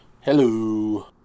Hello